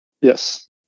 Yes